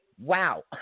Wow